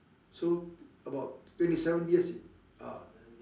so about twenty seven years ah